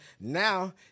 Now